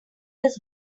this